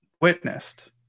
witnessed